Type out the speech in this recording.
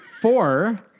Four